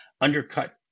undercut